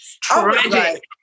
tragic